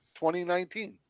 2019